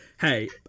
Hey